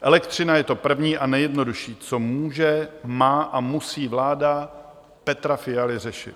Elektřina je to první a nejjednodušší, co může, má a musí vláda Petra Fialy řešit.